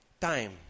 time